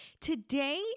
Today